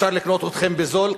אפשר לקנות אתכם בזול.